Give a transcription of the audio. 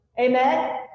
Amen